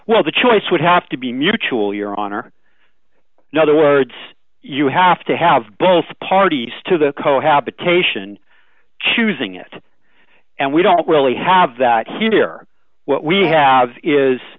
well the choice would have to be mutual your honor other words you have to have both parties to the cohabitation choosing it and we don't really have that here what we have is